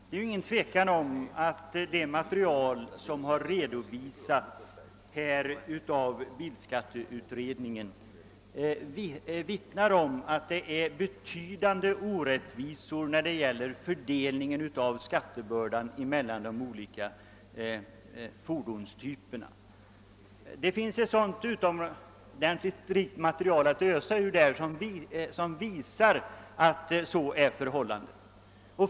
Herr talman! Det material som bilskatteutredningen här redovisat vittnar om att det förekommer en betydande orättvisa i fördelningen av skattebördan mellan de olika fordonstyperna. Det finns ett utomordentligt rikt material att ösa ur som visar att så är förhållandet.